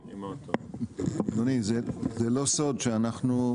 אדוני זה לא סוד שאנחנו,